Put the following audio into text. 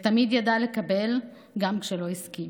ותמיד ידע לקבל, גם כשלא הסכים.